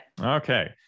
okay